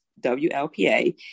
WLPA